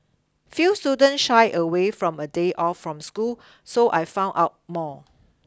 few students shy away from a day off from school so I found out more